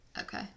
Okay